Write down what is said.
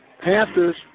Panthers